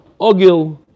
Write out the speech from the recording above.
Ogil